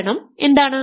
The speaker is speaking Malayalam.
കാരണം എന്താണ്